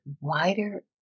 wider